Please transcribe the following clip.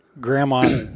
grandma